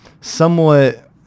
somewhat